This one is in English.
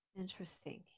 Interesting